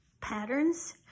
patterns